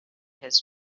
his